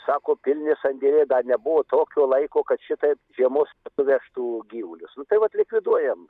sako pilni sandėliai dar nebuvo tokio laiko kad šitaip žiemos suvežtų gyvulius tai vat likviduojam